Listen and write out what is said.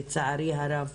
לצערי הרב,